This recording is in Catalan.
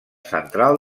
central